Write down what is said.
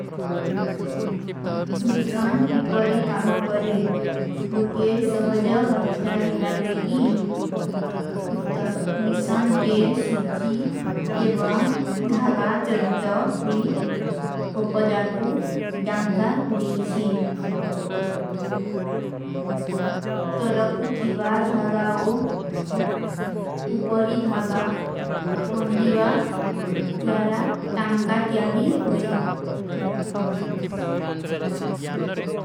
ମିଶନ ଇପରୀ କାମା କରେ, ଗୁତ୍ଯେ ସହଜ ଵଖ୍ଯା ଦିପାରିଵେକୀ। ଉତ୍ତର, ମିଶନ ଦ୍ରିଯ ସୁଚ୍ଚୀ ଏବଂ ଧାଗା ଚଲିତ ହୁଈ କୋପଦା କୁ ଜାଂକା ଦେଖୀ। ତଲକୁ ଥିଵା ଧାଗା ଓ ଉପରୀ ଧାଗା ଵନ୍ଧିଵା ଜ୍ଵାରା ତାଂକା ତ୍ଯାରୀ ହୁଈ।